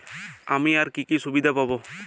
আমি আর কি কি সুবিধা পাব?